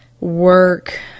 work